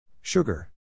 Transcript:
Sugar